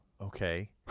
okay